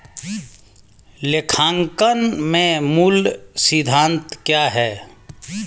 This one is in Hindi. लेखांकन के मूल सिद्धांत क्या हैं?